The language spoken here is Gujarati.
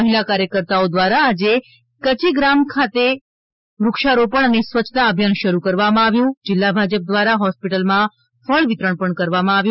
મહિલા કાર્યકતાઓ દ્વારા આજે કચીગ્રામ ખાતે વૃક્ષારોપણ અને સ્વચ્છતા અભિયાન શરૂ કરવામાં આવ્યું જિલ્લા ભાજપ દ્વારા હોસ્પિટલમાં ફળ વિતરણ કરવામાં આવ્યું